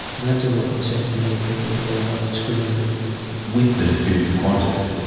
and that's a real concern for many people who feel they might be discriminated against. with the dispute with qantas,